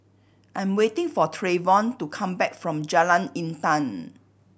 I'm waiting for Trayvon to come back from Jalan Intan